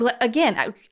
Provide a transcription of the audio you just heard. again